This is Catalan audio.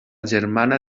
germana